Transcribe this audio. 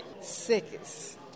sickest